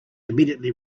immediately